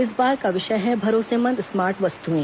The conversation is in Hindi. इस बार का विषय है भरोसेमंद स्मार्ट वस्तुएं